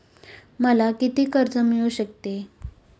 मला किती कर्ज मिळू शकते?